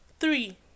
Three